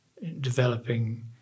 developing